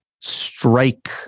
strike